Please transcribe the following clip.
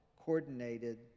coordinated